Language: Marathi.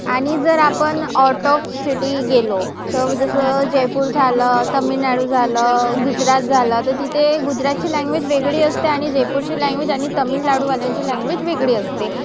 आणि जर आपण ऑट ऑफ सिटी गेलो तर जसं जयपूर झालं तामिळनाडू झालं गुजरात झालं तर तिथे गुजरातची लँग्वेज वेगळी असते आणि जयपूरची लँग्वेज आणि तामिळनाडूवाल्यांची लँग्वेज वेगळी असते